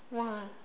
!wah!